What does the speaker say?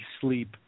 sleep